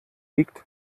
liegt